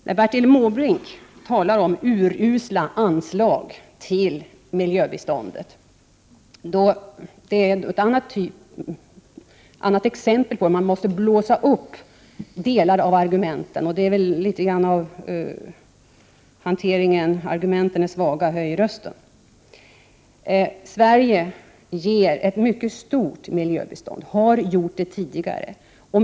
När Bertil Måbrink talar om urusla anslag till miljöbiståndet är det ett annat exempel på hur man blåser upp argument. Det är väl litet grand fråga om en hantering där rösten höjs när argumenten är svaga. Sverige har tidigare gett och ger fortfarande ett mycket stort miljöbistånd.